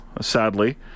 sadly